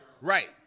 Right